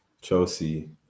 Chelsea